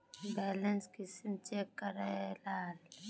Balance कुंसम check करे लाल?